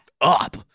up